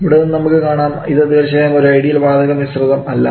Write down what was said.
ഇവിടെ നിന്നും നമുക്ക് കാണാം ഇത് തീർച്ചയായും ഒരു ഐഡിയൽ വാതക മിശ്രിതം അല്ല